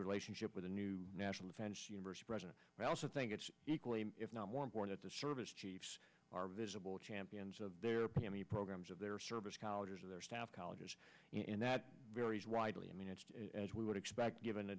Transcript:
relationship with a new national defense university president i also think it's equally if not one born at the service chiefs are visible champions of their preemie programs of their service colleges of their staff colleges and that varies widely i mean as we would expect given the